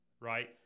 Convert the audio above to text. right